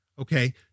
Okay